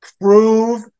prove –